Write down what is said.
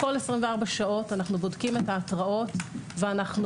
בכל 24 שעות אנחנו בודקים את ההתרעות ואנחנו